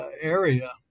area